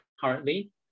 currently